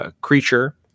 creature